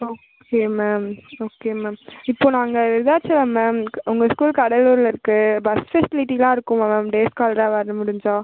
okay ma'am ஓகேங்க ma'am இப்போ நாங்கள் விருதாச்சலம் மேம் உங்கள் ஸ்கூல் கடலூரில் இருக்குது பஸ் ஃபெசிலிட்டிலாம் இருக்குமா மேம் டேஸ்கால்ராக வரமுடிந்தா